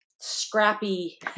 scrappy